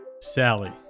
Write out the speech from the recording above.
Sally